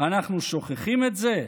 אנחנו שוכחים את זה?